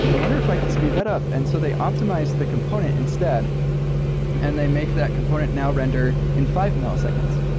i wonder if i could speed that up. and so they optimize the component instead and they make that component now render in five milliseconds.